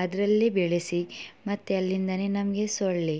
ಅದರಲ್ಲೇ ಬೆಳೆಸಿ ಮತ್ತೆ ಅಲ್ಲಿಂದನೆ ನಮಗೆ ಸೊಳ್ಳೆ